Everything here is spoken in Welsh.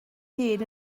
hun